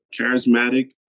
Charismatic